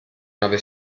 nove